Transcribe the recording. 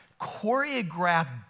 choreographed